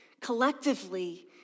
Collectively